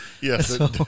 Yes